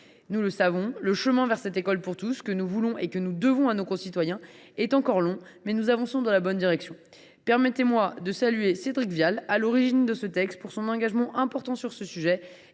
Nous le savons, le chemin est encore long vers cette école pour tous que nous voulons et que nous devons à nos concitoyens, mais nous avançons dans la bonne direction. Permettez moi de saluer Cédric Vial, qui est à l’origine de ce texte, pour son engagement important sur ce sujet